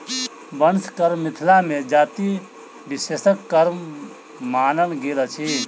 बंस कर्म मिथिला मे जाति विशेषक कर्म मानल गेल अछि